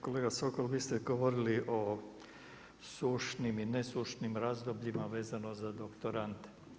Kolega Sokol, vi ste govorili o sušnim i nesušnim razdobljima vezano za doktorante.